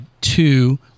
Two